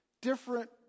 different